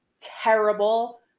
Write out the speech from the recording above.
terrible